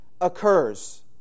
occurs